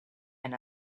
and